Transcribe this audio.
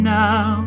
now